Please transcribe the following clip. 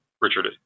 Richard